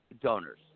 donors